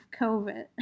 COVID